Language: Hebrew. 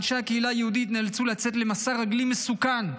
אנשי הקהילה היהודית נאלצו לצאת למסע רגלי מסוכן,